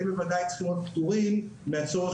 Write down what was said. הם ודאי צריכים להיות פטורים מהצורך